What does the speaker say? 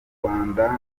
rwanda